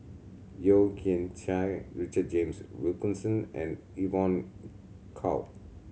Yeo Kian Chye Richard James Wilkinson and Evon Kow